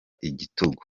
igitugu